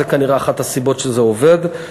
זו כנראה אחת הסיבות שזה עובד.